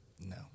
No